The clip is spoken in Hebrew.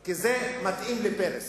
כי זה מתאים לפרס.